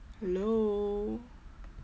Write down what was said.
hello